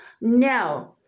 No